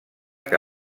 que